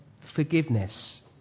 forgiveness